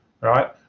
right